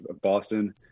Boston